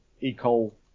equal